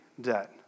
debt